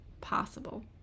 possible